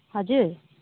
हजुर